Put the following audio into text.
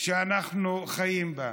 שאנחנו חיים בה.